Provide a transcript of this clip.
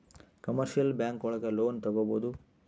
commercial bank ಒಳಗ loan ತಗೊಬೋದು